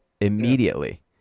immediately